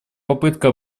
попытка